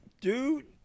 dude